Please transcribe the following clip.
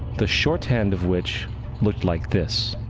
the shorthand of which looked like this.